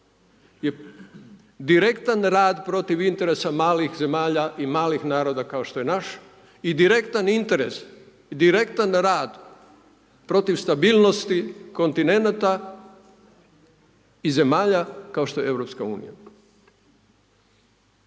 je direktan rad protiv interesa malih zemalja i malih naroda kao što je naš i direktan interes, direktan rad protiv stabilnosti kontinenata i zemalja kao što je EU.